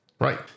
Right